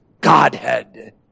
Godhead